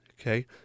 Okay